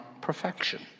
perfection